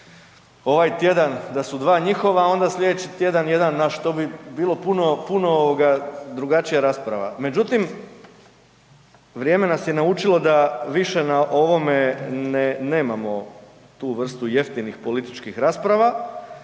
ovaj tjedan da su dva njihova onda slijedeći tjedan jedan naš, to bi bilo puno, puno ovoga drugačija rasprava. Međutim, vrijeme nas je naučilo da više na ovome nemamo tu vrstu jeftinih političkih rasprava